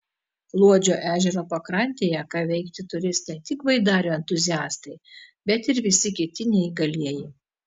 luodžio ežero pakrantėje ką veikti turės ne tik baidarių entuziastai bet ir visi kiti neįgalieji